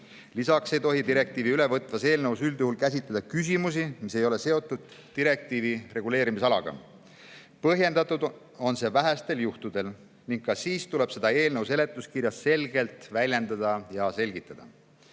Lisaks ei tohi direktiivi üle võtvas eelnõus üldjuhul käsitleda küsimusi, mis ei ole seotud direktiivi reguleerimisalaga. Põhjendatud on see vähestel juhtudel ning ka siis tuleb seda eelnõu seletuskirjas selgelt väljendada ja selgitada.